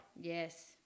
Yes